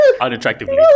unattractively